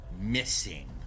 missing